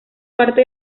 parte